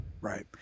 Right